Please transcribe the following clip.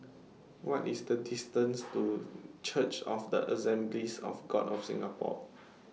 What IS The distance to Church of The Assemblies of God of Singapore